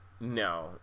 No